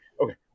Okay